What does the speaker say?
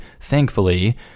thankfully